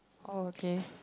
oh okay